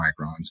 microns